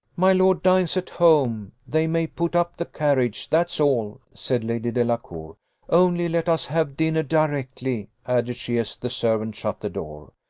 my lord dines at home they may put up the carriage that's all, said lady delacour only let us have dinner directly, added she, as the servant shut the door.